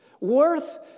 worth